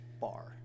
bar